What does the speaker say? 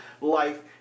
life